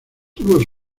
tuvo